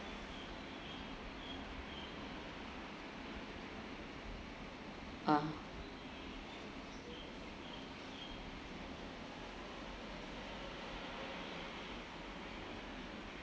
uh